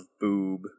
boob